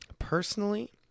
personally